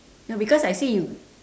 no because I say you